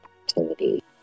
activity